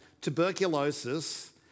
tuberculosis